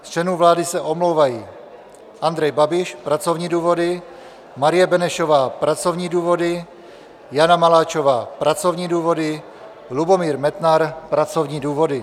Z členů vlády se omlouvají: Andrej Babiš, pracovní důvody, Marie Benešová pracovní důvody, Jana Maláčová pracovní důvody, Lubomír Metnar pracovní důvody.